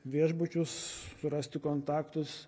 viešbučius surasti kontaktus